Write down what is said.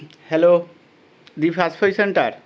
hello the fast food centre